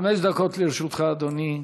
חמש דקות לרשותך, אדוני.